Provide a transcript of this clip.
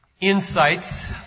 insights